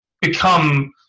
become